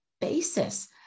basis